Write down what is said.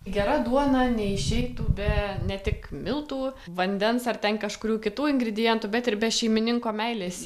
gera duona neišeitų be ne tik miltų vandens ar ten kažkurių kitų ingredientų bet ir be šeimininko meilės